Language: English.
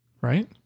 Right